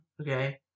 Okay